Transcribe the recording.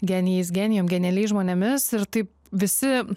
genijais genijum genialiais žmonėmis ir taip visi